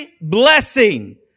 blessing